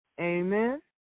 Amen